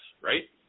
right